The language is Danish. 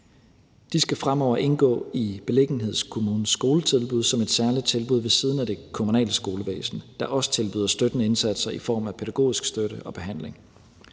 De skal fremover indgå i beliggenhedskommunens skoletilbud som et særligt tilbud ved siden af det kommunale skolevæsen, der også tilbyder støttende indsatser i form af pædagogisk støtte og behandling.